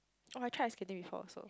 oh I tried ice skating before so